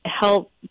help